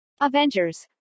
Avengers